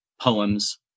poems